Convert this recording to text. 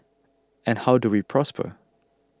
and how do we prosper